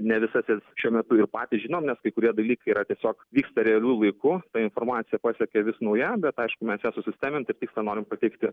ne visas jas šiuo metu ir patys žinom nes kai kurie dalykai yra tiesiog vyksta realiu laiku ta informacija pasiekia vis nauja bet aišku mes ją susistemint ir tiksliai norim pateikti